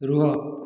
ରୁହ